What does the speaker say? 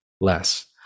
less